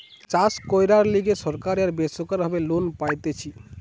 চাষ কইরার লিগে সরকারি আর বেসরকারি ভাবে লোন পাইতেছি